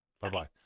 Bye-bye